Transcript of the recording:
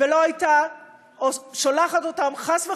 חס וחלילה,